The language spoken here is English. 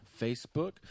Facebook